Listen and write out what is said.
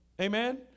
Amen